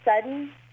sudden